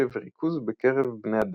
קשב וריכוז בקרב בני אדם,